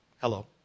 Hello